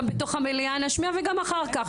גם בתוך המליאה נשמיע וגם אחר כך.